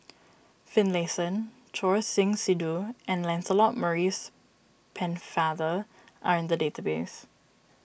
Finlayson Choor Singh Sidhu and Lancelot Maurice Pennefather are in the database